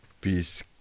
peace